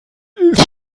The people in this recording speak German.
ist